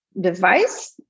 device